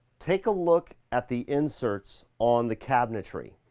take a look at the inserts on the cabinetry.